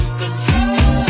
control